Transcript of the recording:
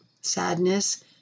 sadness